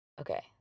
okay